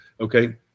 Okay